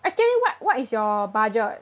I tell you what what is your budget